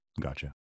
Gotcha